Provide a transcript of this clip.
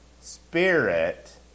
spirit